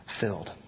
filled